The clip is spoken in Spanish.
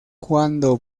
cuando